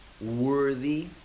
worthy